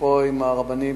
ופה עם הרבנים,